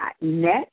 net